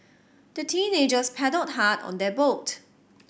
the teenagers paddled hard on their boat